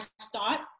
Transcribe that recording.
start